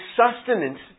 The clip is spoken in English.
sustenance